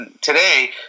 Today